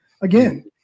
again